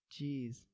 Jeez